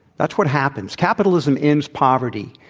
that's what happens. capitalism ends poverty.